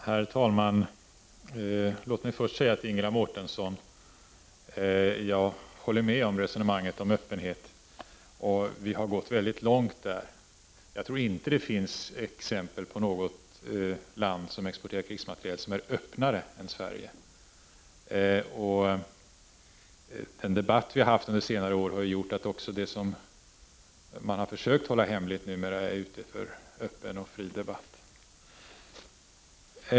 Herr talman! Låt mig först säga till Ingela Mårtensson att jag håller med henne vad gäller resonemanget om öppenhet. Vi har på denna punkt gått mycket långt. Jag tror inte att något land som exporterar krigsmateriel är öppnare än Sverige. Den debatt vi har haft under senare år har ju också lett till att det som man förut försökte hålla hemligt numera kan debatteras öppet och fritt.